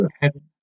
heaven